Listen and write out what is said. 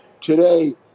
today